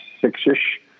six-ish